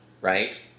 right